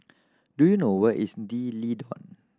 do you know where is D'Leedon